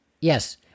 Yes